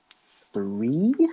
three